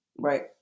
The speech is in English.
Right